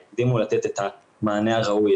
ככל שיקדימו לתת את המענה הראוי,